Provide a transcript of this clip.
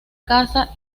casa